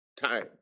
Time